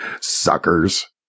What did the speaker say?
Suckers